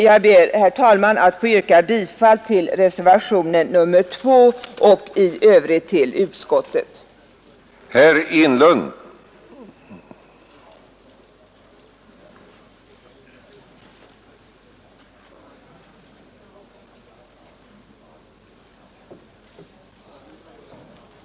Jag ber, herr talman, att få yrka bifall till reservationen 2 och i övrigt bifall till utskottets hemställan.